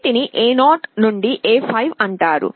వీటిని A0 నుండి A5 అంటారు